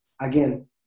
again